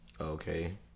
Okay